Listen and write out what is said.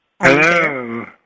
Hello